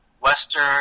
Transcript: western